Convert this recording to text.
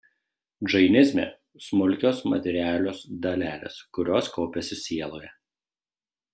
džainizme smulkios materialios dalelės kurios kaupiasi sieloje